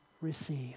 receive